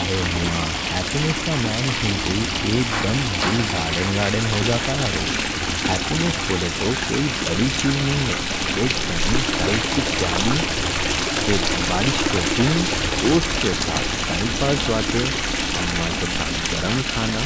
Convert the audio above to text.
ارے میاں، ہیپینیس کا نام سنتے ہی ایک دم دل گارڈن گارڈن ہو جاتا ہے. ہیپینیس بولے تو کوئی بڑی چیز نہیں ہے. ایک گرم چائے کی پیالی، بارش کے دن دوست کے ساتھ ٹائم پاس ہوتے. امّاں کے ساتھ گرم کھانا